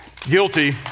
Guilty